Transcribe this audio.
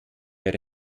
mehr